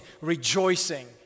rejoicing